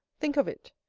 think of it.